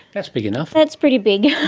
that's big enough. that's pretty big.